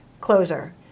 closer